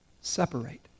separate